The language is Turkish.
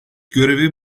görevi